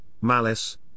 malice